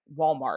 Walmart